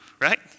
right